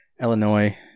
Illinois